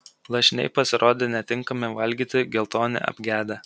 lašiniai pasirodė netinkami valgyti geltoni apgedę